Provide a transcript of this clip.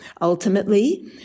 Ultimately